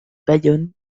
bayonne